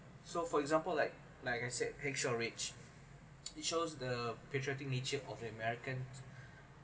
so for example like like I said hacksaw ridge it shows the patriotic nature of the americans